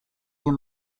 you